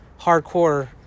hardcore